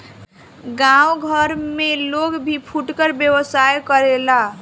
गांव घर में लोग भी फुटकर व्यवसाय करेला